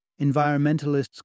environmentalists